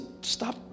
stop